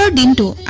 but into